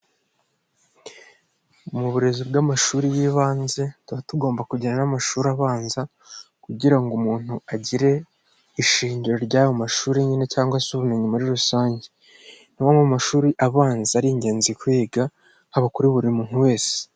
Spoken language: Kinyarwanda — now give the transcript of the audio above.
Mu burezi bw'amashuri y'ibanze tuba tugomba kugira n'amashuri abanza kugira ngo umuntu agire ishingiro ry'ayo mashuri nyine cyangwa se ubumenyi muri rusange. Nko mu mashuri abanza ari ingenzi kuyiga haba kuri buri muntu wese.